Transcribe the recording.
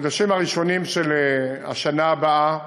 בחודשים הראשונים של השנה הבאה,